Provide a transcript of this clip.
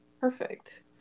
Perfect